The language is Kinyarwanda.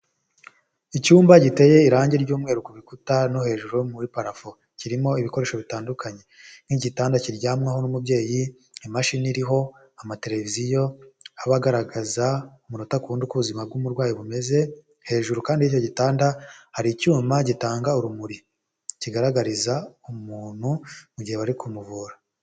Icyumba giteye irangi ry'umweru ku bikuta no hejuru muri parafo, kirimo ibikoresho bitandukanye, nk'igitanda kiryamwaho n'umubyeyi, imashini iriho, amateleviziyo, aba agaragaza umunota ku wundi uko ubuzima bw'umurwayi bumeze hejuru kandi icyo gitanda hari icyuma gitanga urumuri kigaragariza umuntu mu gihe bari kumuvura.